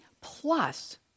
plus